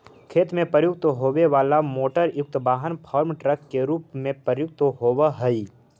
खेत में प्रयुक्त होवे वाला मोटरयुक्त वाहन फार्म ट्रक के रूप में प्रयुक्त होवऽ हई